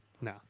No